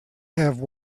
have